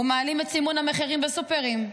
הוא מעלים את סימון המחירים בסופרים.